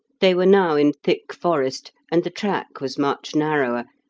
they were now in thick forest, and the track was much narrower,